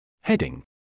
Heading